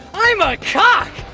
i'm a cock,